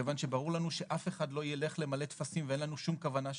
כיוון שברור אף אחד לא ילך למלא טפסים ואין לנו שום כוונה כזו,